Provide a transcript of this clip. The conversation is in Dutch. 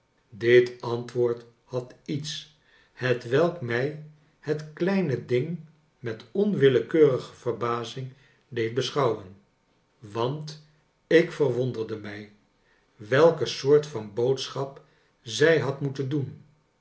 dit antwoord had iets hetwelk mij het kleine ding met onwillekeurige verbazing deed beschouwen want ik verwonderde mij welke soort van boodschap zij had moeten doen